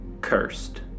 Cursed